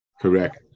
Correct